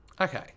Okay